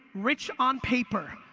rich on paper.